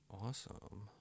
Awesome